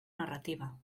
narrativa